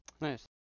Nice